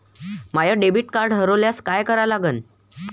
माय debit card हरोल्यास काय करा लागन?